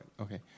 okay